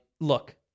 look